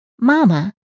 Mama